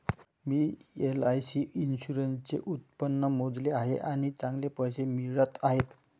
मी LIC इन्शुरन्सचे उत्पन्न मोजले आहे आणि चांगले पैसे मिळत आहेत